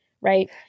right